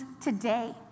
today